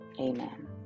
amen